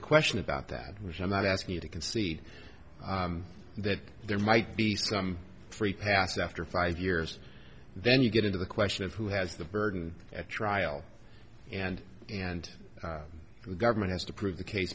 a question about that which i'm not asking you to concede that there might be some free pass after five years then you get into the question of who has the burden at trial and and the government has to prove